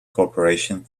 corporation